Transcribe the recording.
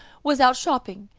was out shopping.